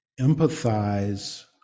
empathize